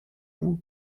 who